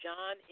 John